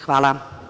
Hvala.